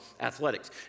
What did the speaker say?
athletics